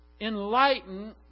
enlighten